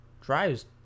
drives